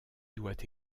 doit